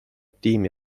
tiimi